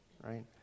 Right